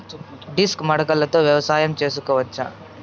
Disc మడకలతో వ్యవసాయం చేసుకోవచ్చా??